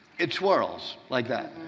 it swirls like that.